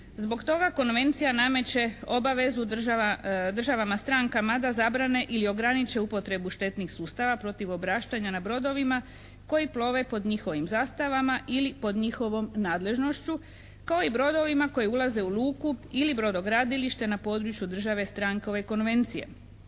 Zbog toga Konvencija nameće obavezu državama strankama da zabrane ili ograniče upotrebu štetnih sustava protiv obraštanja na brodovima koji plove pod njihovim zastavama ili pod njihovom nadležnošću, kao i brodovima koji ulaze u luku ili brodogradilište na području države stranke ove Konvencije.